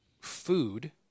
food